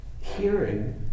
hearing